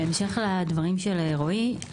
בהמשך לדבריו של רועי,